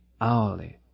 hourly